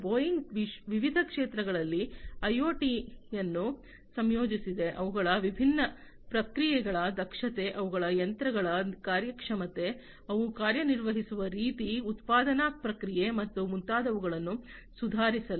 Boeing ವಿವಿಧ ಕ್ಷೇತ್ರಗಳಲ್ಲಿ ಐಒಟಿಯನ್ನು ಸಂಯೋಜಿಸಿದೆ ಅವುಗಳ ವಿಭಿನ್ನ ಪ್ರಕ್ರಿಯೆಗಳ ದಕ್ಷತೆ ಅವುಗಳ ಯಂತ್ರಗಳ ಕಾರ್ಯಕ್ಷಮತೆ ಅವು ಕಾರ್ಯನಿರ್ವಹಿಸುವ ರೀತಿ ಉತ್ಪಾದನಾ ಪ್ರಕ್ರಿಯೆ ಮತ್ತು ಮುಂತಾದವುಗಳನ್ನು ಸುಧಾರಿಸಲು